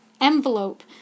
envelope